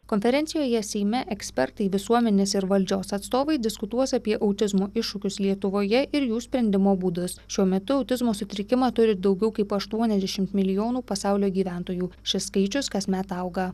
konferencijoje seime ekspertai visuomenės ir valdžios atstovai diskutuos apie autizmo iššūkius lietuvoje ir jų sprendimo būdus šiuo metu autizmo sutrikimą turi daugiau kaip aštuoniasdešimt milijonų pasaulio gyventojų šis skaičius kasmet auga